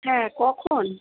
হ্যাঁ কখন